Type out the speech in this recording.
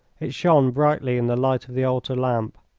it shone brightly in the light of the altar lamp.